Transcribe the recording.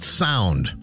sound